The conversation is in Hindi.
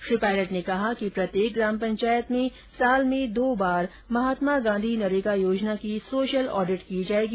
श्री पायलट ने कहा कि प्रत्येक ग्राम पंचायत में साल में दो बार मनरेगा योजना की सोशल ऑडिट की जायेगी